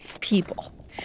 People